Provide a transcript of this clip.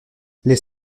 les